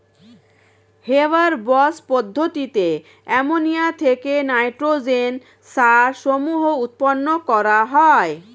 Haber Bosch পদ্ধতিতে ammonia থেকে nitrogen সার সমূহ উৎপন্ন করা হয়